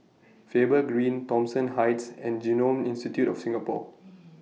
Faber Green Thomson Heights and Genome Institute of Singapore